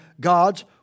God's